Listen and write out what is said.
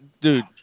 Dude